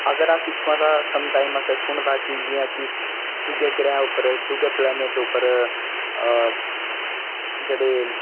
अगर अस इत्थुआं दा सम टाइम असें सुने दा कि जियां कि दूए ग्रैह् उप्पर दूए प्लेनेट उप्पर जेह्ड़े